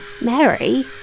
Mary